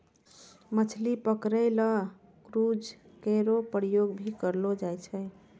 मछली पकरै ल क्रूजो केरो प्रयोग भी करलो जाय छै